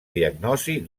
diagnosi